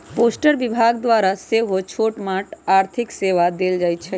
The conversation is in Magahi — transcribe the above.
पोस्ट विभाग द्वारा सेहो छोटमोट आर्थिक सेवा देल जाइ छइ